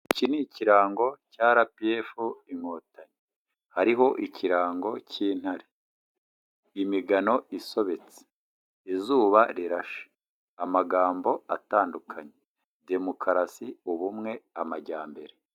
Iki ni ikirango cya RPF inkotanyi, hariho ikirango cy'intare, imigano isobetse, izuba rirashe, amagambo atandukanye, demokarasi, ubumwe, amajyambere.